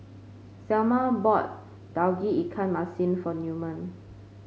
Selma bought Tauge Ikan Masin for Newman